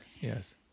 yes